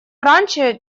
раньше